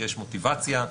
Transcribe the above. שיש מוטיבציה,